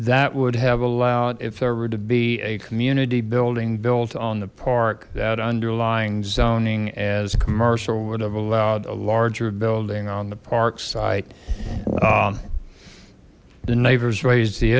that would have allowed if there were to be a community building built on the park that underlying zoning as commercial would have allowed a larger building on the park site the neighbors raised the